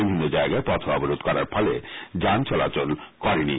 বিভিন্ন জায়গায় পথ অবরোধ করার ফলে যান চলাচল করেনি